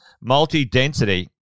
multi-density